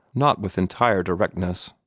not with entire directness.